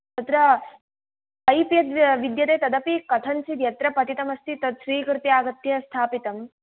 तत्र पैप् यद् वि विद्यते कथञ्चित् यत्र पतितमस्ति तत् स्वीकृत्य आगत्य स्थापितं